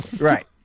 Right